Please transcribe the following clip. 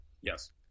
Yes